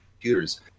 computers